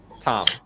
Tom